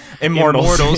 Immortals